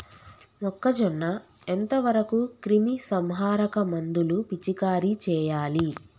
మొక్కజొన్న ఎంత వరకు క్రిమిసంహారక మందులు పిచికారీ చేయాలి?